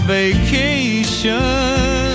vacation